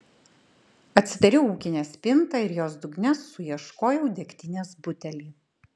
atsidariau ūkinę spintą ir jos dugne suieškojau degtinės butelį